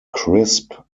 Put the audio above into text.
crisp